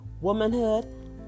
womanhood